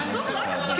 מנסור, לא יודעת.